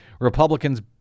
Republicans